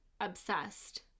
obsessed